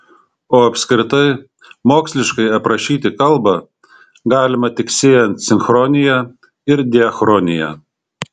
o apskritai moksliškai aprašyti kalbą galima tik siejant sinchronija ir diachroniją